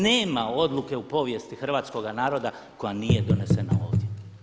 Nema odluke u povijesti hrvatskoga naroda koja nije donesena ovdje.